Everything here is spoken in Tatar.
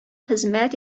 хезмәт